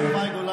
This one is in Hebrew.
בבקשה.